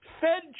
Fed